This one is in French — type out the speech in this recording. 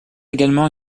également